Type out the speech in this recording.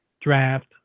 draft